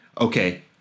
okay